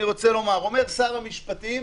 אומר שר המשפטים: